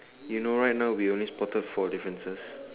you know right now we only spotted four differences